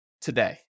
today